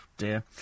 dear